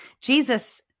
Jesus